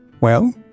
Well